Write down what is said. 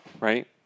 right